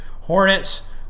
Hornets